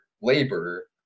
labor